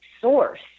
source